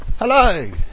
Hello